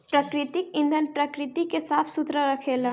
प्राकृतिक ईंधन प्रकृति के साफ सुथरा रखेला